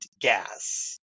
gas